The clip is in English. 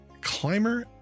climber